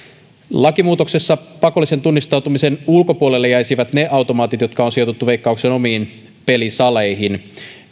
lakimuutoksessa pakollisen tunnistautumisen ulkopuolelle jäisivät ne automaatit jotka on sijoitettu veikkauksen omiin pelisaleihin